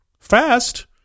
Fast